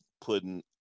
putting